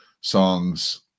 songs